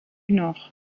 nord